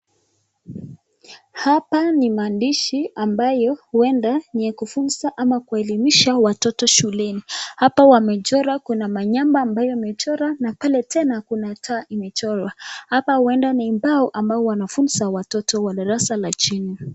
Hapa ni maandishi ambayo huenda ni ya kufunza ama kuelimisha watoto shuleni. Hapa wamechora kuna manamba ambayo wamechora na pale tena kuna taa imechorwa. Hapa huenda ni mbao ambao wanafunza watoto wa darasa la chini.